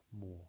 more